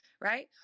right